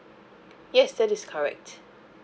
yes that is correct